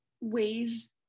ways